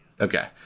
Okay